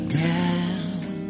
down